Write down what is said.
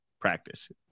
practice